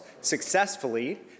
successfully